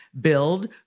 Build